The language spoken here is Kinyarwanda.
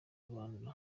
rwanda